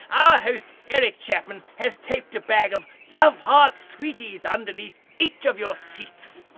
um ah host eric chapman has taped a bag of love heart sweeties underneath each of your seats.